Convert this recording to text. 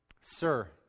Sir